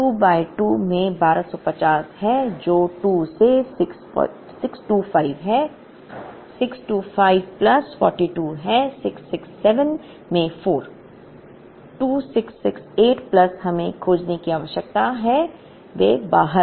Q by2 में 1250 है जो 2 से 625 है 625 प्लस 42 है 667 में 4 2668 प्लस हमें खोजने की आवश्यकता है वे बाहर